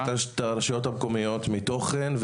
שתרוקן את הרשויות המקומיות מתוכן,